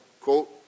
Quote